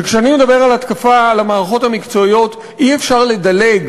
וכשאני מדבר על התקפה על המערכות המקצועיות אי-אפשר לדלג